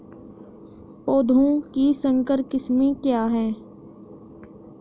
पौधों की संकर किस्में क्या हैं?